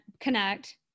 connect